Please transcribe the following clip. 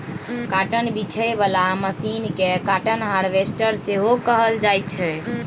cotton बीछय बला machine केँ काँटन हार्वेस्टर सेहो कहल जाइ छै